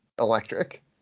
electric